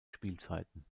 spielzeiten